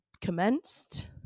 commenced